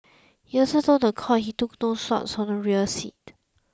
he also told the court that he took no swabs from the rear seat